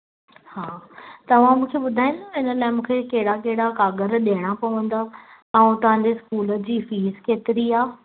हा तव्हां मूंखे ॿुधाईंदव हिन लाइ मूंखे कहिड़ा कहिड़ा कगार ॾियणा पवन्दा आऊं तव्हां जे स्कूल जी फीस केतिरी आहे